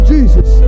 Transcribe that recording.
Jesus